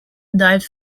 dived